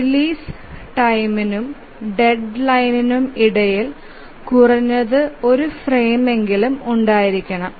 release ടൈംനും ഡെഡ്ലൈനിനും ഇടയിൽ കുറഞ്ഞത് ഒരു ഫ്രെയിമെങ്കിലും ഉണ്ടായിരിക്കണം